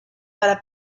para